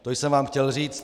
To jsem vám chtěl říct.